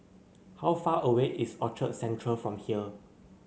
how far away is Orchard Central from here